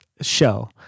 show